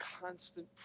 constant